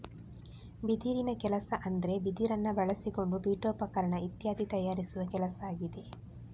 ಬಿದಿರಿನ ಕೆಲಸ ಅಂದ್ರೆ ಬಿದಿರನ್ನ ಬಳಸಿಕೊಂಡು ಪೀಠೋಪಕರಣ ಇತ್ಯಾದಿ ತಯಾರಿಸುವ ಕೆಲಸ ಆಗಿದೆ